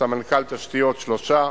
סמנכ"ל תשתיות, שלושה,